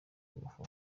agafu